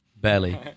Barely